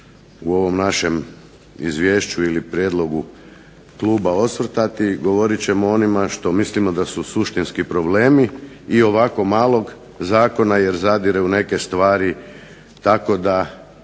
u ovom našem izvješću ili prijedlogu kluba osvrtati govorit ćemo o onima što mislimo da su suštinski problemi i ovako malog zakona jer zadire u neke stvari tako da